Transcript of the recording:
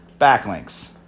backlinks